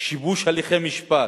שיבוש הליכי משפט,